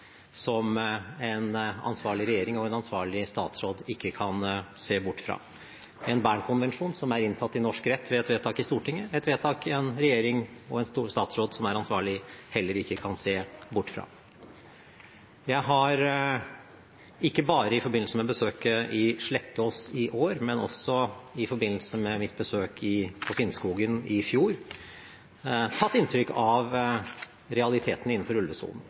som en ansvarlig regjering og en ansvarlig statsråd ikke kan se bort fra, Bern-konvensjonen, som er inntatt i norsk rett ved et vedtak i Stortinget, et vedtak en regjering og en statsråd som er ansvarlig, heller ikke kan se bort fra. Jeg har ikke bare i forbindelse med besøket i Slettås i år, men også i forbindelse med mitt besøk på Finnskogen i fjor, hatt inntrykk av realitetene innenfor ulvesonen.